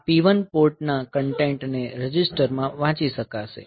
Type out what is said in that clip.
આ P1 પોર્ટના કન્ટેન્ટને રજિસ્ટરમાં વાંચી શકાશે